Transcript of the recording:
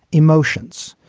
emotions.